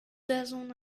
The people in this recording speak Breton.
dazont